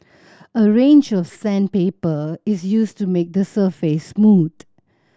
a range of sandpaper is used to make the surface smooth